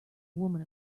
woman